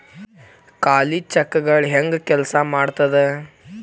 ಖಾಲಿ ಚೆಕ್ಗಳ ಹೆಂಗ ಕೆಲ್ಸಾ ಮಾಡತದ?